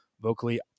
vocally